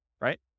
right